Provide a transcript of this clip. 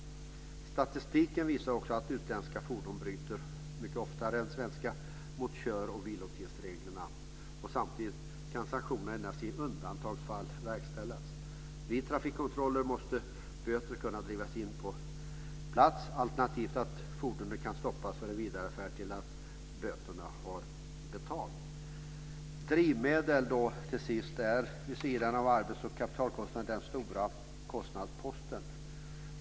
Statistik visar att utländska fordon mycket oftare än svenska bryter mot kör och vilotidsreglerna. Samtidigt kan sanktionerna endast i undantagsfall verkställas. Vid trafikkontroller måste böter kunna drivas in på plats, alternativt att fordonet kan stoppas för vidare färd tills böterna betalats. Drivmedel är vid sidan av arbets och kapitalkostnaden den stora kostnadsposten.